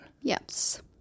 yes